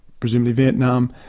presumably vietnam.